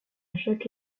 chaque